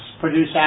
produce